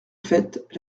fête